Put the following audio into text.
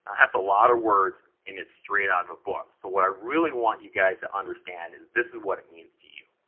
that's a lot of words, and it's straight out of a book. so, what i really want you guys to understand, is this is what it means to you.